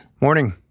Morning